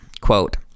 quote